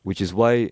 which is why